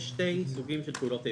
יש שני סוגים של פעולות איבה.